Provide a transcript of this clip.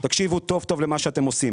תקשיבו טוב טוב למה שאתם עושים.